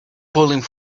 pulling